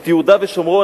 את יהודה ושומרון,